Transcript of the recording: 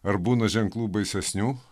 ar būna ženklų baisesnių